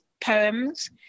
poems